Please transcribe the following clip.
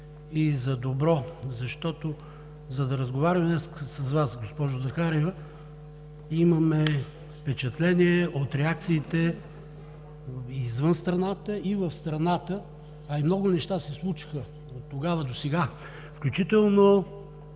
е за добро, за да разговарям днес с Вас, госпожо Захариева. Имаме впечатление от реакциите извън страната и в страната, а и много неща се случиха оттогава досега, включително